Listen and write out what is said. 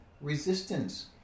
resistance